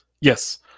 Yes